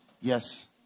yes